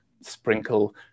sprinkle